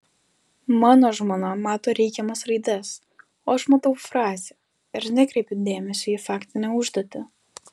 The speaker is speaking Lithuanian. mano žmona mato reikiamas raides o aš matau frazę ir nekreipiu dėmesio į faktinę užduotį